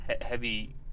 heavy